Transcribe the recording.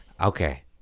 Okay